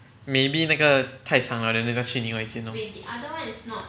maybe 那个太长 liao then 那个去另外一间 lor